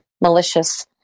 malicious